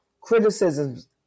criticisms